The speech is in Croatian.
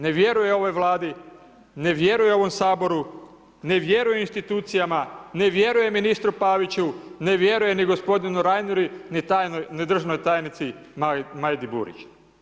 Ne vjeruje ovoj Vladi, ne vjeruje ovom Saboru, ne vjeruje institucijama, ne vjeruje ministru Paviću, ne vjeruje ni gospodinu Reineru ni državnoj tajnici Majdi Burić.